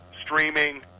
streaming